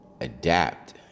adapt